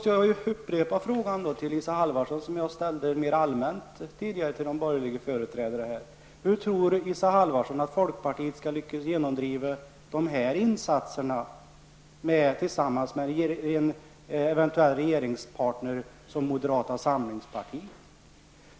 Men jag måste då till Isa Halvarsson rikta den fråga jag tidigare mer allmänt ställde till de borgerliga företrädarna: Hur tror Isa Halvarsson att folkpartiet skall lyckas genomdriva de här insatserna tillsammans med en eventuell regeringspartner som moderata samlingspartiet?